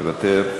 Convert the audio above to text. מוותר,